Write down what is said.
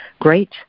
great